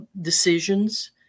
decisions